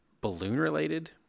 balloon-related